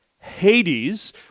Hades